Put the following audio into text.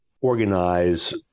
organize